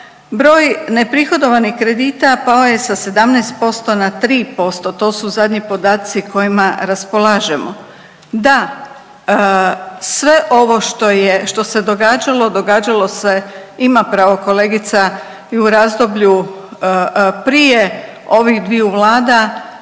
broj ne prihodovanih kredita pao je sa 17% na 3%, to su zadnji podaci s kojima raspolažemo. Da, sve ovo što se događalo, događalo se ima pravo kolegica i u razdoblju prije ovih dviju vlada